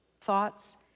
thoughts